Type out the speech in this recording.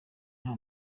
nta